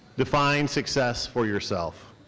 define success for yourself.